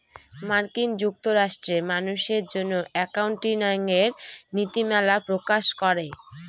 মার্কিন যুক্তরাষ্ট্রে মানুষের জন্য একাউন্টিঙের নীতিমালা প্রকাশ করে